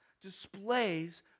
displays